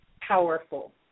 powerful